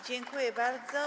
Dziękuję bardzo.